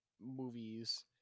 movies